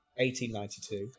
1892